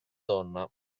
donna